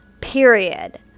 period